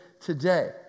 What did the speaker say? today